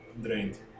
drained